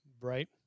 Right